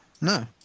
No